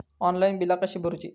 Online बिला कशी भरूची?